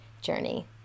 journey